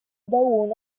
uno